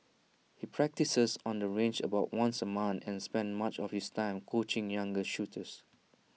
he practises on the range about once A month and spends much of his time coaching younger shooters